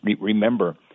remember